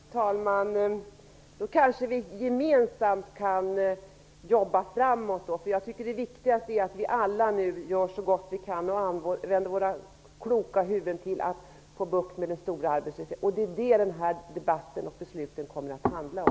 Fru talman! Då kanske vi gemensamt kan jobba vidare. Jag tycker att det viktigaste nu är att vi alla gör så gott vi kan och använder våra kloka huvuden till att få bukt med den stora arbetslösheten. Det är det den här debatten och besluten i dag handlar om.